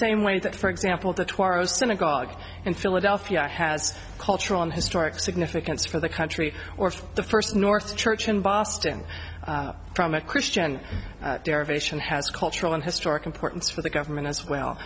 same way that for example the toros synagogue in philadelphia has cultural and historic significance for the country or the first north church in boston from a christian derivation has a cultural and historic importance for the government as well